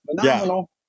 Phenomenal